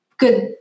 good